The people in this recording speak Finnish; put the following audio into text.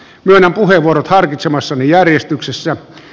myönnän puheenvuorot harkitsemassani järjestyksessä